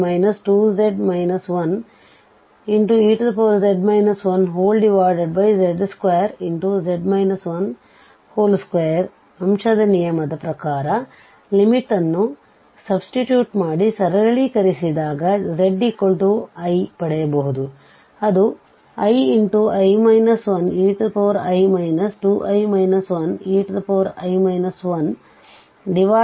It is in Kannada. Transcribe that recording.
ಕ್ವಾಶಂಟ್ ರೂಲ್ ಪ್ರಕಾರಲಿಮಿಟ್ ನ್ನು ಸಬ್ಸ್ಟ್ಯೂಟ್ ಮಾಡಿ ಸರಳಿಕರಿಸಿದಾಗ z i ಪಡೆಯಬಹುದು ಅದು iei i 12